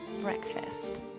breakfast